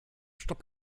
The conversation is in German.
stopp